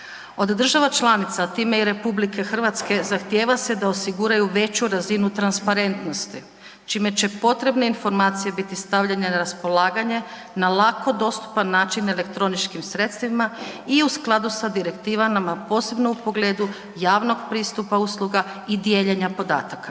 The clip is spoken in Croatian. Od država članica, time i RH, zahtijeva se da osiguraju veću razinu transparentnosti čime će potrebne informacije biti stavljanje na raspolaganje na lako dostupan način elektroničkim sredstvima i u skladu sa direktivama, a posebno u pogledu javnog pristupa usluga i dijeljenja podataka.